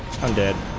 hundred